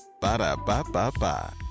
Ba-da-ba-ba-ba